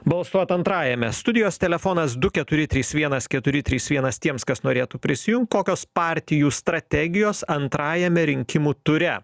balsuot antrajame studijos telefonas du keturi trys vienas keturi trys vienas tiems kas norėtų prisijungt kokios partijų strategijos antrajame rinkimų ture